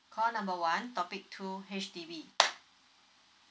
call number one topic two H_D_B